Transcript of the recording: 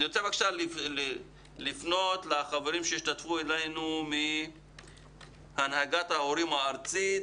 רוצה לפנות לחברים שמשתתפים מהנהגת ההורים הארצית,